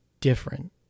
different